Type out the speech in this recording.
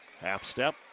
Half-step